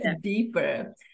deeper